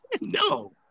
No